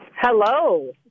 Hello